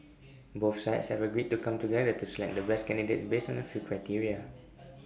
both sides have agreed to come together to select the best candidates based on A few criteria